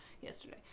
yesterday